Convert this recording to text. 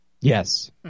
Yes